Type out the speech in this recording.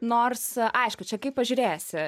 nors aišku čia kaip pažiūrėsi